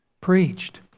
preached